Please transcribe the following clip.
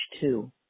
two